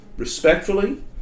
respectfully